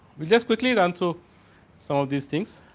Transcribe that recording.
just quickly done through some of these things.